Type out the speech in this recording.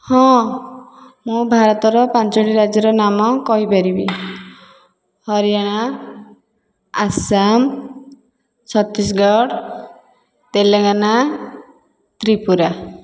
ହଁ ମୁଁ ଭାରତର ପାଞ୍ଚୋଟି ରାଜ୍ୟର ନାମ କହିପାରିବି ହରିୟାଣା ଆସାମ ଛତିଶଗଡ଼ ତେଲେଙ୍ଗାନା ତ୍ରିପୁରା